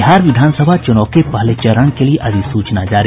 बिहार विधानसभा चुनाव के पहले चरण के लिए अधिसूचना जारी